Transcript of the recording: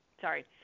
sorry